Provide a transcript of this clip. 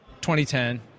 2010